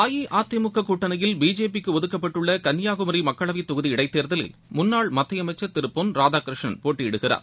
அஇஅதிமுக கூட்டணியில் பிஜேபி க்கு ஒதுக்கப்பட்டுள்ள கன்னியாகுமி மக்களவைத் தொகுதி இடைத்தேர்தலில் முன்னாள் மத்திய அமைச்சா் திரு பொன் ராதாகிருஷ்ணன் போட்டியிடுகிறார்